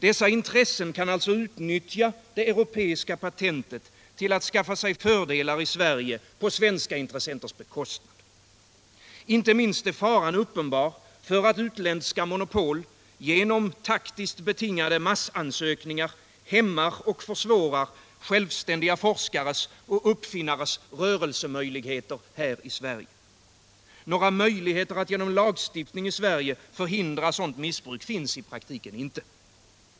Dessa intressen kan alltså utnyttja det europeiska patentet till att skaffa sig fördelar i Sverige på svenska intressens bekostnad. Inte minst är faran uppenbar för att utländska monopol genom taktiskt betingade massansökningar hämmar och försvårar självständiga forskares och uppfinnares rörelsemöjligheter i Sverige. Några möjligheter att genom lagstiftning i Sverige förhindra sådant missbruk finns i praktiken inte.